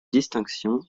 distinction